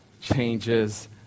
changes